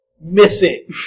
missing